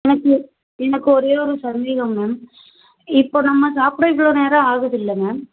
எனக்கு எனக்கு ஒரேயொரு சந்தேகம் மேம் இப்போ நம்ம சாப்பிட இவ்வளோ நேரம் ஆகுதில்லை மேம்